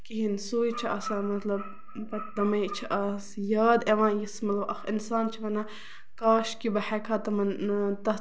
کِہیٖنۍ سُے چھُ آسان مطلب پَتہٕ تمے چھ آس یاد یِوان یُس مطلب اکھ اِنسان چھُ وَنان کاش کہِ بہٕ ہٮ۪کہٕ ہا تِمن تَتھ